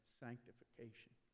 sanctification